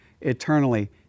eternally